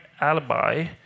alibi